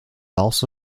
also